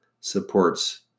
supports